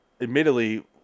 admittedly